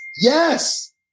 yes